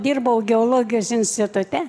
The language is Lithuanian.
dirbau geologijos institute